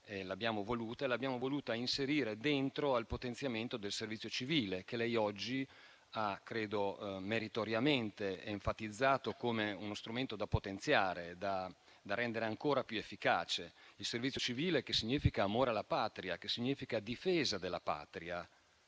all'interno del progetto di potenziamento del servizio civile, che lei oggi ha credo meritoriamente enfatizzato come strumento da potenziare, da rendere ancora più efficace. Il servizio civile significa amore per la Patria, significa difesa della Patria